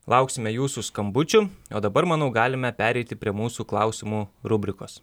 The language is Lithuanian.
lauksime jūsų skambučių o dabar manau galime pereiti prie mūsų klausimų rubrikos